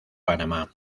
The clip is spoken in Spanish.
panamá